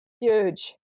Huge